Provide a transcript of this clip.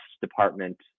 department